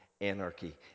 anarchy